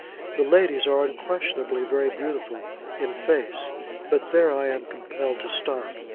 the ladies are unquestionably very beautiful in face but there i am compelled to stop.